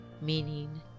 meaning